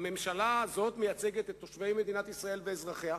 הממשלה הזו מייצגת את תושבי מדינת ישראל ואזרחיה,